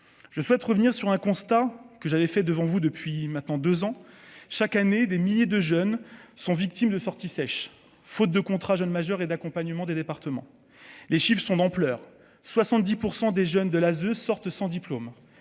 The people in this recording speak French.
je souhaite revenir sur un constat que j'avais fait devant vous depuis maintenant 2 ans chaque année des milliers de jeunes sont victimes de sorties sèches, faute de contrat jeune majeur et d'accompagnement des départements, les chiffres sont d'ampleur 70 pour 100 des jeunes de la de sortent sans diplôme